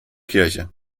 kirche